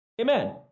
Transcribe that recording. Amen